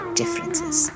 differences